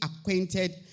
acquainted